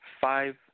five